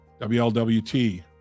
WLWT